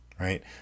right